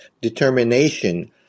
determination